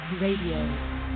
Radio